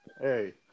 Hey